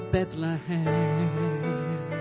Bethlehem